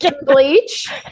bleach